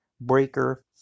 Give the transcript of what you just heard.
Breaker